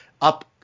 up